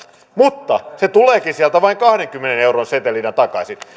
mutta se tuleekin sieltä vain kahdenkymmenen euron setelinä takaisin